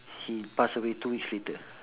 he pass away two weeks later